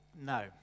No